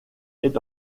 est